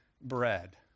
bread